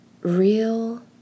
real